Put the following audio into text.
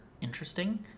interesting